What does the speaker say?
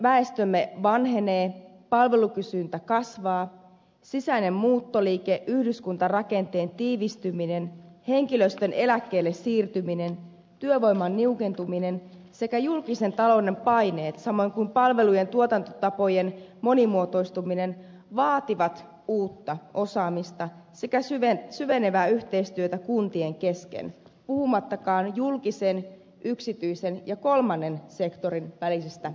väestömme vanhenee palvelukysyntä kasvaa sisäinen muuttoliike yhdyskuntarakenteen tiivistyminen henkilöstön eläkkeelle siirtyminen työvoiman niukentuminen sekä julkisen talouden paineet samoin kuin palvelujen tuotantotapojen monimuotoistuminen vaativat uutta osaamista sekä syvenevää yhteistyötä kuntien kesken puhumattakaan julkisen yksityisen ja kolmannen sektorin välisestä yhteistyöstä